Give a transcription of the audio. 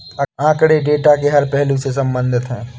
आंकड़े डेटा के हर पहलू से संबंधित है